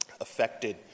affected